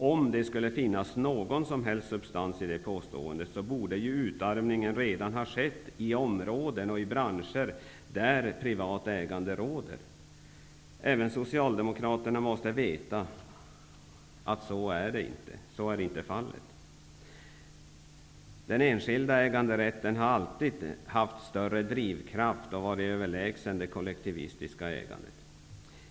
Om det skulle finnas någon som helst substans i det påståendet, borde ju utarmningen redan ha skett i områden och branscher där privat ägande råder. Även Socialdemokraterna måste veta att så är inte fallet. Den enskilda äganderätten har alltid utövat större drivkraft och varit överlägsen det kollektivistiska ägandet.